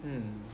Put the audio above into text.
mm